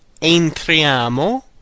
entriamo